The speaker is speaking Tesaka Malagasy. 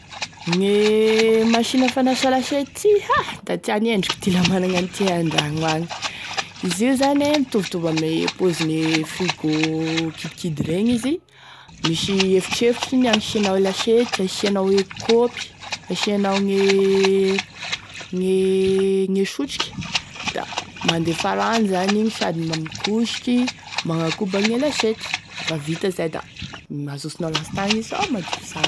Gne machine fanasa lasety ah da tiany endriko ty la managny an'ity iahay andragno gnagny izy io zany e mitovitovy ame pozine frigo kidikidy regny izy misy efitrefitriny izy hagnisianao lasety hasianao e kopy asianao gne sotroky da mandefa rano zany igny sady mikosoky magnakombagny e lasety lafa vita izay da azosonao lasitagny izy ah madio sara.